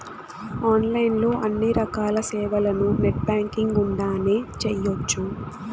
online లో అన్ని రకాల సేవలను నెట్ బ్యాంకింగ్ గుండానే చేయ్యొచ్చు